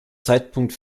zeitpunkt